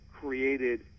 created